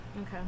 okay